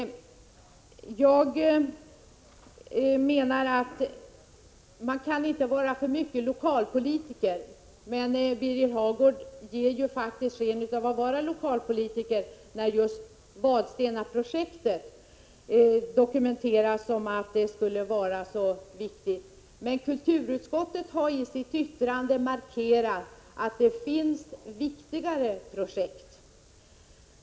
Man får inte vara lokalpolitiker för mycket. Birger Hagård ger faktiskt sken av att vara lokalpolitiker när just Vadstenaprojektet dokumenterats som så viktigt. Men kulturutskottet har i sitt yttrande markerat att det finns viktigare projekt.